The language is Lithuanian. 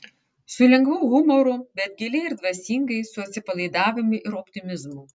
su lengvu humoru bet giliai ir dvasingai su atsipalaidavimu ir optimizmu